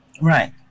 Right